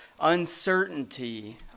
uncertainty